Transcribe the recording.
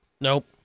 Nope